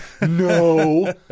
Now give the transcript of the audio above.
No